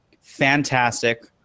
fantastic